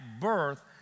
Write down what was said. birth